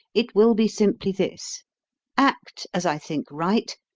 it will be simply this act as i think right,